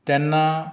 तेन्ना